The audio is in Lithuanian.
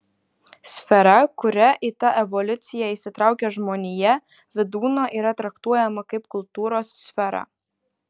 sfera kuria į tą evoliuciją įsitraukia žmonija vydūno yra traktuojama kaip kultūros sfera